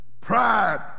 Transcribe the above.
Pride